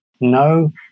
No